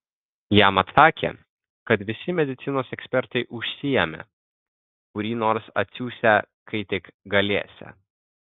jam atsakė kad visi medicinos ekspertai užsiėmę kurį nors atsiųsią kai tik galėsią